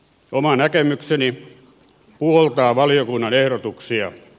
oma näkemykseni puoltaa valiokunnan ehdotuksia